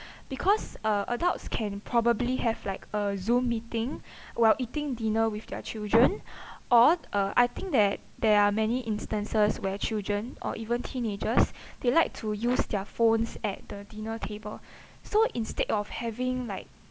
because uh adults can probably have like a zoom meeting while eating dinner with their children or uh I think that there are many instances where children or even teenagers they like to use their phones at the dinner table so instead of having like